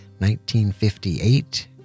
1958